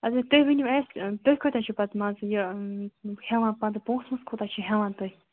اگر تُہۍ ؤنِو اسہِ تُہۍ کوٗتاہ چھِو پتہٕ مان ژٕ یہٕ ہیٚوان پَتہٕ پونٛسہٕ کوٗتاہ چھِ ہیٚوان تُہۍ